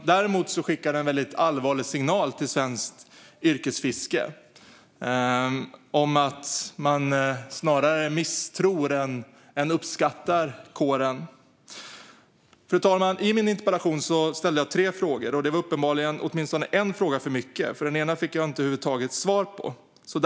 Däremot skickar det en allvarlig signal till svenskt yrkesfiske om att man snarare misstror än uppskattar kåren. I min interpellation ställde jag tre frågor. Det var uppenbarligen åtminstone en fråga för mycket. Den ena fick jag nämligen inte svar på över huvud taget.